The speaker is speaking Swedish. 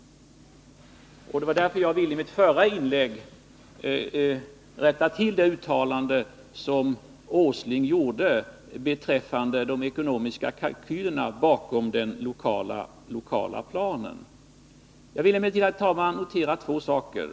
Det var därför jag i mitt förra inlägg ville rätta till vad Nils Åsling sade beträffande de ekonomiska kalkylerna bakom den lokala planen. Jag vill emellertid, herr talman, slutligen notera två saker.